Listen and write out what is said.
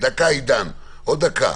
עוד דקה.